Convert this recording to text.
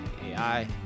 AI